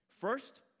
First